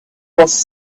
was